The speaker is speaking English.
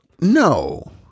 No